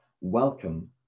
welcome